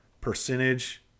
percentage